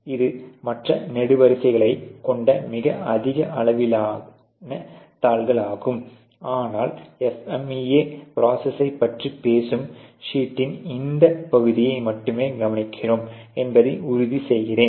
இது மற்ற நெடுவரிசைகளைக் கொண்ட மிக அதிக அளவிலான தாளாகும் ஆனால் FMEA ப்ரோசஸைப் பற்றி பேசும் ஷீட்டின் இந்த பகுதியை மட்டுமே கவனிக்கிறோம் என்பதை உறுதி செய்கிறேன்